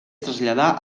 traslladà